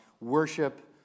worship